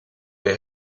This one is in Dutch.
bij